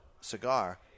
cigar